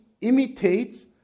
imitates